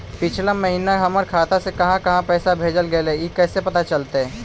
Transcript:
पिछला महिना हमर खाता से काहां काहां पैसा भेजल गेले हे इ कैसे पता चलतै?